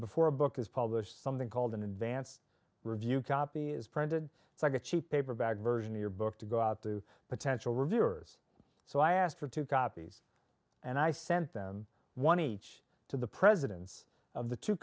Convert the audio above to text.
before a book is published something called an advanced review copy is printed it's like a cheap paper bag version of your book to go out to potential reviewers so i asked for two copies and i sent them one each to the presidents of the two